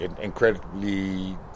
incredibly